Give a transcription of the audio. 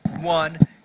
one